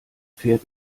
fährt